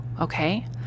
okay